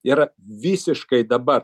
yra visiškai dabar